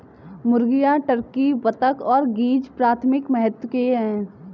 मुर्गियां, टर्की, बत्तख और गीज़ प्राथमिक महत्व के हैं